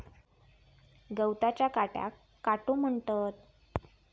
गवताच्या काट्याक काटो म्हणतत